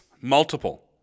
multiple